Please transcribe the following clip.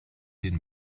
den